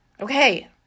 Okay